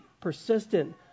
persistent